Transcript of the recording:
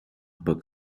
book